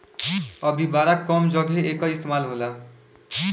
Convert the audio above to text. अभी बड़ा कम जघे एकर इस्तेमाल होला